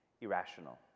irrational